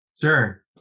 Sure